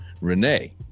Renee